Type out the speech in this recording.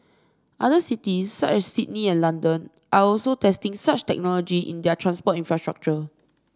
other cities such as Sydney and London are also testing such technology in their transport infrastructure